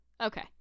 okay